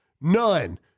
none